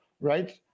right